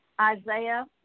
Isaiah